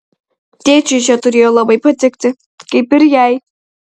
tėčiui čia turėjo labai patikti kaip ir jai